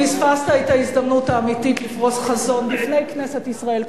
פספסת את ההזדמנות האמיתית לפרוס חזון בפני כנסת ישראל,